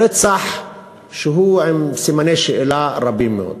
רצח שהוא עם סימני שאלה רבים מאוד.